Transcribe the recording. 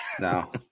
no